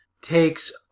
takes